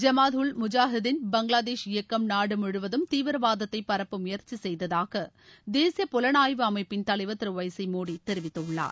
ஜமாத் உள் முஜாவுதின் பங்ளாதேஷ் இயக்கம் நாடு முழுவதும் தீவிரவாதத்தை பரப்ப முயற்சி செய்ததாக தேசிய புலனாய்வு அமைப்பின் தலைவர் திரு ஒய் சி மோடி தெரிவித்துள்ளார்